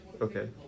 Okay